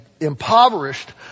impoverished